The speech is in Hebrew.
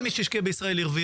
לא, באמת, עלה זית?